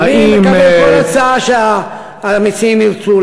אני מקבל כל הצעה שהמציעים ירצו,